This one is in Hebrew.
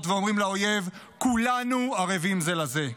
ואומרים לאויב: כולנו ערבים זה לזה.